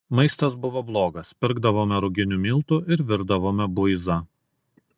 maistas buvo blogas pirkdavome ruginių miltų ir virdavome buizą